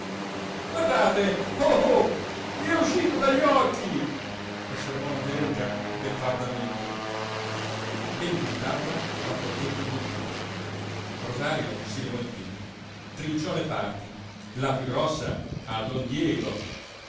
guardate oh gli è uscito dagli occhi osservò angelica beffardamente venne in tavola la porchetta imbottita rosario si levò in piedi trinciò le parti la piú grossa a don diego